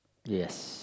yes